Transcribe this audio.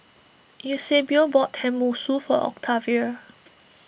Eusebio bought Tenmusu for Octavia